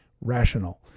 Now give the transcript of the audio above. rational